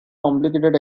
complicated